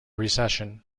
recession